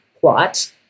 plot